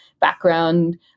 background